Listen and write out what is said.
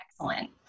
Excellent